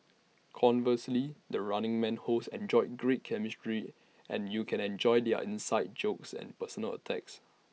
conversely the running man hosts enjoy great chemistry and you can enjoy their inside jokes and personal attacks